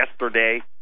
yesterday